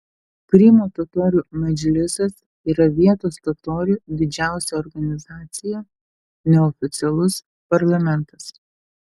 krymo totorių medžlisas yra vietos totorių didžiausia organizacija neoficialus parlamentas